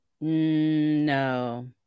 No